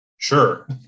sure